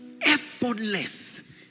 Effortless